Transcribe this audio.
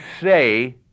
say